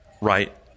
right